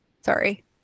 sorry